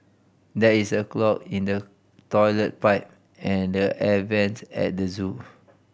there is a clog in the toilet pipe and the air vents at the zoo